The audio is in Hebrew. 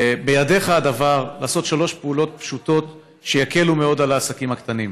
בידיך הדבר לעשות שלוש פעולות פשוטות שיקלו מאוד על העסקים הקטנים.